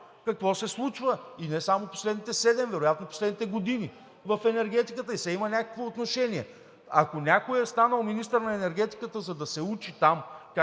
какво се случва и не само в последните седем, а вероятно в последните години в енергетиката, и все има някакво отношение. Ако някой е станал министър на енергетиката, за да се учи там